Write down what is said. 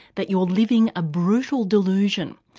that you're living a brutal delusion.